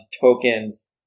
tokens